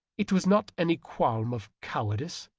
it was not any qualm of coward ice,